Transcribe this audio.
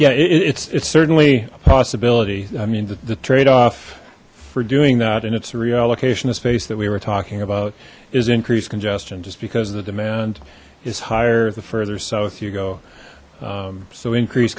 yeah it's it's certainly a possibility i mean the trade off for doing that and it's reallocation of space that we were talking about is increased congestion just because the demand is higher the further south you go so increase